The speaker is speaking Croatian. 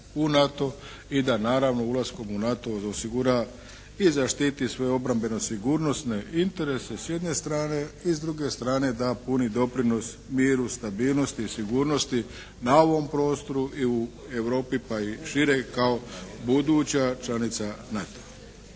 u NATO i da naravno ulaskom u NATO osigura i zaštiti svoju obrambeno-sigurnosne interese s jedne strane i s druge strane da puni doprinos miru, stabilnosti i sigurnosti na ovom prostoru i u Europi, pa i šire kao buduća članica NATO-a.